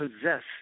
possess